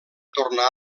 tornar